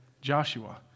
Joshua